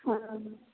हँ